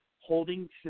holding